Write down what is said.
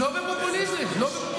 הקשבתי לך בנחת, וזה לא נכון.